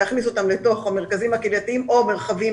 להכניס אותם לתוך המרכזים הקהילתיים או למרחבים